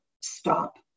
stop